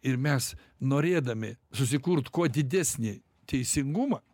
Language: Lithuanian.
ir mes norėdami susikurt kuo didesnį teisingumą